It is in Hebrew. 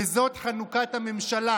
ל"זאת חנוכת הממשלה"